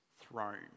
throne